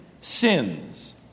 sins